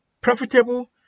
profitable